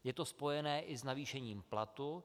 Je to spojené i s navýšením platu.